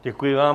Děkuji vám.